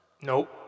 Nope